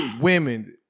Women